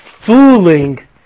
fooling